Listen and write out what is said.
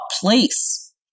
place